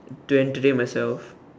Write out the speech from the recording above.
to entertain myself